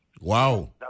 Wow